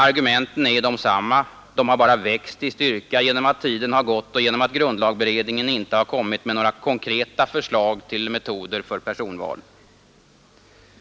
Argumenten är ju desamma, de har bara växt i styrka genom att tiden gått och genom att grundlagberedningen inte har kommit med några konkreta förslag till metoder för personval.